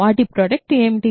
వాటి ప్రోడక్ట్ ఏమిటి